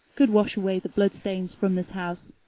could wash away the blood-stains from this house,